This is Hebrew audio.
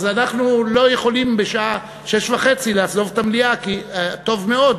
אז אנחנו לא יכולים בשעה 18:30 לעזוב את המליאה כי טוב מאוד,